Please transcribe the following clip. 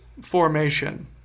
formation